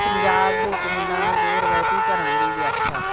ਪੰਜਾਬ ਦੇ ਪਿੰਡਾਂ ਦੇ ਰਵਾਇਤੀ ਘਰਾਂ ਦੀ ਵਿਆਖਿਆ